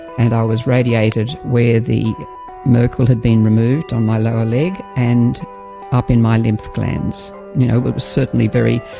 and i was radiated where the merkel had been removed on my lower leg, and up in my lymph glands. it you know but was certainly very,